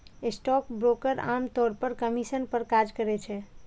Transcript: stockbroker आम तौर पर कमीशन पर काज करै छै